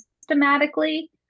systematically